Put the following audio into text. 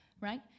right